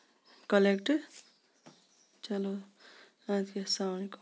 collect چلو اَدٕ کیاہ اسلام علیٖکُم